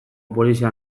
polizia